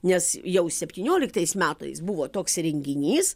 nes jau septynioliktais metais buvo toks renginys